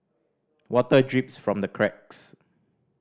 water drips from the cracks